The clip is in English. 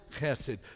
chesed